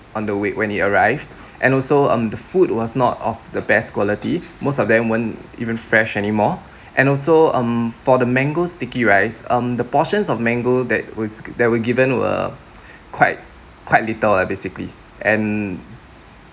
on the way when it arrived and also um the food was not of the best quality most of them weren't even fresh anymore and also um for the mango sticky rice um the portions of mango that was gi~ that were given were quite quite little ah basically and